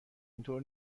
اینطور